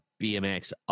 BMX